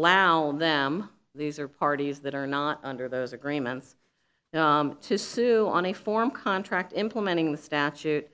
allow them these are parties that are not under those agreements to sue on a form contract implementing the statute